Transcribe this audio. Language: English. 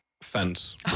fence